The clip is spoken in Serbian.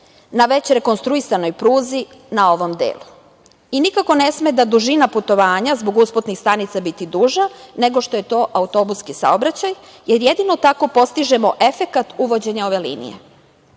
na već rekonstruisanoj pruzi na ovom delu. Nikako ne sme da dužina putovanja zbog usputnih stanica bude duža, nego što je to autobuski saobraćaj, jer jedino tako postižemo efekat uvođenja ove linije. Kada